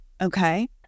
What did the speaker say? Okay